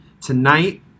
Tonight